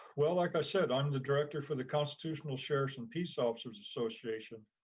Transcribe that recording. well, like i said, i'm the director for the constitutional sheriffs and peace officers association.